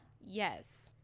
Yes